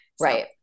Right